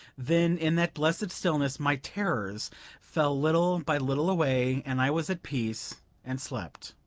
then in that blessed stillness my terrors fell little by little away, and i was at peace and slept.